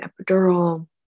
epidural